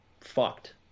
fucked